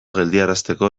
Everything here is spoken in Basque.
geldiarazteko